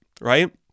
right